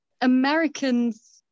Americans